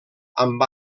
amb